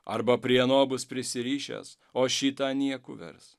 arba prie ano bus prisirišęs o šitą nieku vers